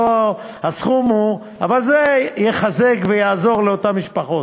אבל זה יחזק ויעזור לאותן משפחות.